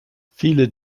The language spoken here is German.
viele